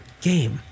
game